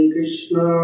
Krishna